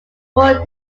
four